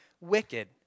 wicked